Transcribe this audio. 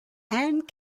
and